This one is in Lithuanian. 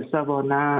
savo na